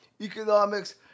economics